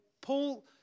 Paul